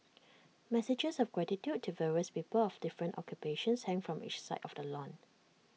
messages of gratitude to various people of different occupations hang from each side of the lawn